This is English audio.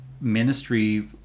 ministry